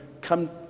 come